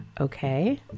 okay